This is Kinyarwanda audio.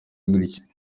gutya